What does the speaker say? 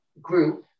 group